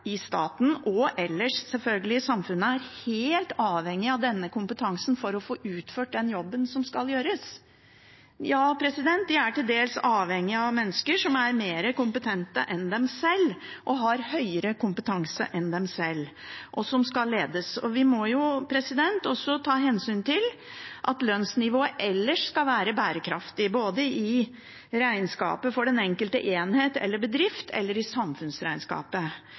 i staten – og selvfølgelig ellers i samfunnet – er helt avhengige av denne kompetansen for å få utført den jobben som skal gjøres. Ja, de er til dels avhengige av mennesker som er mer kompetente enn dem selv og har høyere kompetanse enn dem selv, og de skal ledes. Vi må også ta hensyn til at lønnsnivået ellers skal være bærekraftig, både i regnskapet for den enkelte enhet eller bedrift og i samfunnsregnskapet.